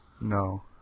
No